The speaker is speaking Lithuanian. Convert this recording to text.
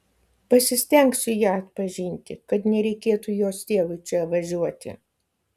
pasistengsiu ją atpažinti kad nereikėtų jos tėvui čia važiuoti